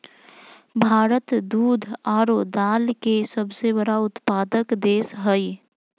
भारत दूध आरो दाल के सबसे बड़ा उत्पादक देश हइ